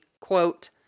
quote